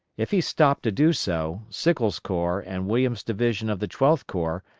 if he stopped to do so, sickles' corps and williams' division of the twelfth corps,